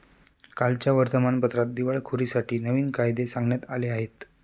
कालच्या वर्तमानपत्रात दिवाळखोरीसाठी नवीन कायदे सांगण्यात आले आहेत